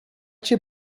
cię